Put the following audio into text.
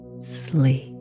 sleep